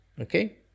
Okay